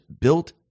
built